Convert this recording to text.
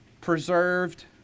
preserved